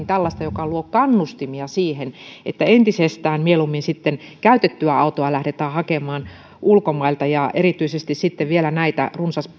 tällaista joka luo kannustimia siihen että entisestään mieluummin käytettyä autoa lähdetään hakemaan ulkomailta ja erityisesti vielä näitä